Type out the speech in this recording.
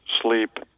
sleep